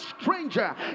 stranger